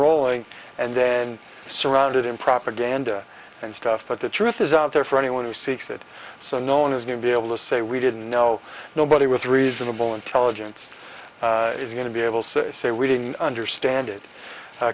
rolling and then surrounded in propaganda and stuff but the truth is out there for anyone who seeks it so known as new to be able to say we didn't know nobody with reasonable intelligence is going to be able to say we didn't understand it